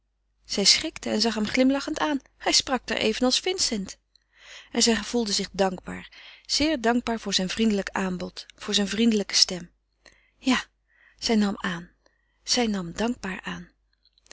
zij schrikte en zag hem glimlachend aan hij sprak daar evenals vincent en zij gevoelde zich dankbaar zeer dankbaar voor zijn vriendelijke stem ja zij nam aan zij nam dankbaar aan